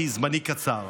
כי זמני קצר.